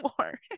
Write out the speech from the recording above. more